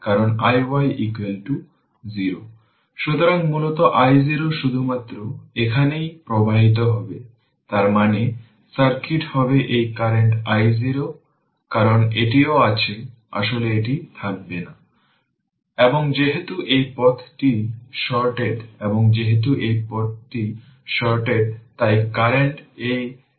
যদি সুইচটি দীর্ঘ সময়ের জন্য ক্লোজ থাকে তবে জেনে রাখুন যে ডিসি সাপ্লাই এর জন্য ক্যাপাসিটরটি একটি ওপেন সার্কিটের মতো হবে